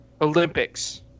Olympics